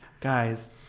guys